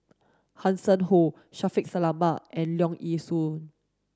Hanson Ho Shaffiq Selamat and Leong Yee Soo